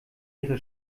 ihre